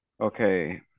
okay